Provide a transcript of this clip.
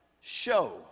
show